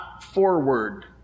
forward